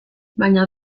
baina